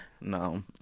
No